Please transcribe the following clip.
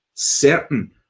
certain